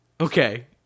Okay